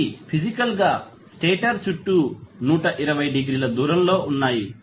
అవి ఫిజికల్ గా స్టేటర్ చుట్టూ 120 డిగ్రీల దూరంలో ఉన్నాయి